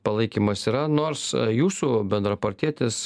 palaikymas yra nors jūsų bendrapartietis